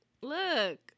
look